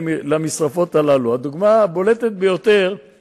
מגעים עם קבוצה שעשתה את הדבר הזה בבלגיה,